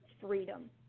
freedom